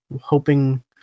hoping